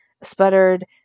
sputtered